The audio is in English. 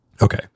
Okay